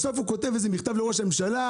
בסוף הוא כותב איזה מכתב לראש הממשלה,